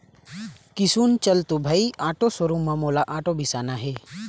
किसुन चल तो भाई आटो शोरूम म मोला आटो बिसाना हे